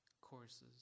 courses